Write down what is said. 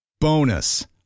Bonus